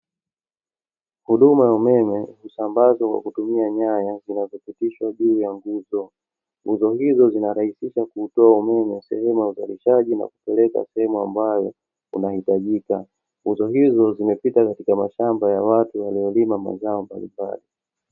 Huduma ya umeme husambazwa kwa kutumia nyaya zinazopitishwa juu ya nguzo. Nguzo hizo zinarahisisha kuutoa umeme sehemu ya uzalishaji na kupeleka sehemu ambayo unahitajika. Nguzo hizo zimepita katika mashamba ya watu, waliolima mazao mbalimbali.